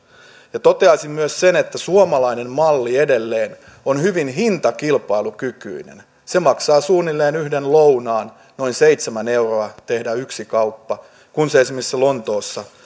ja toteaisin myös sen että suomalainen malli edelleen on hyvin hintakilpailukykyinen maksaa suunnilleen yhden lounaan noin seitsemän euroa tehdä yksi kauppa kun se esimerkiksi lontoossa